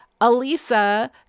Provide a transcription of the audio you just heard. Alisa